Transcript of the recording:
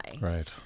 right